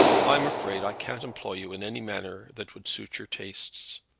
i'm afraid i can't employ you in any matter that would suit your tastes.